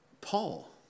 Paul